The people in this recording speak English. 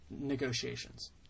negotiations